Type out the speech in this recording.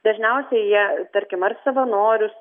dažniausiai jie tarkim ar savanorius